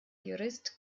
jurist